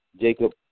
Jacob